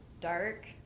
dark